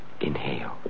Inhale